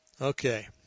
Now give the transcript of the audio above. Okay